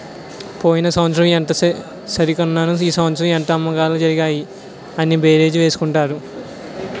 పోయిన సంవత్సరం ఎంత సరికన్నాము ఈ సంవత్సరం ఎంత అమ్మకాలు జరిగాయి అని బేరీజు వేసుకుంటారు